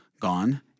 gone